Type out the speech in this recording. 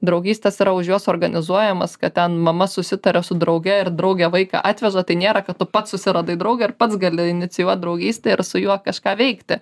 draugystės yra už juos organizuojamos kad ten mama susitarė su drauge ir draugė vaiką atveža tai nėra kad tu pats susiradai draugą ir pats gali inicijuoti draugystę ir su juo kažką veikti